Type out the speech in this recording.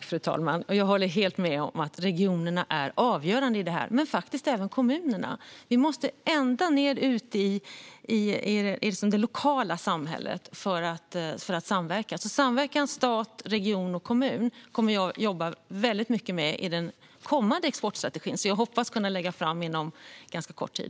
Fru talman! Jag håller helt med om att regionerna är avgörande i detta, men det gäller faktiskt även kommunerna. Vi måste ända ned och ut i det lokala samhället för att samverka. Samverkan mellan stat, region och kommun kommer jag därför att jobba väldigt mycket med i den kommande exportstrategin, som jag hoppas kunna lägga fram inom ganska kort tid.